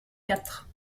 quatre